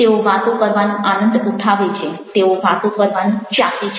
તેઓ વાતો કરવાનો આનંદ ઉઠાવે છે તેઓ વાતો કરવાનું ચાહે છે